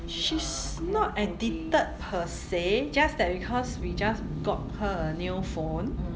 she's not addicted per se just that because we just got her new phone